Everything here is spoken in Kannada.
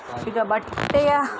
ಈಗ ಬಟ್ಟೆಯ